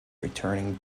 returning